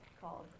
called